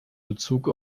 bezug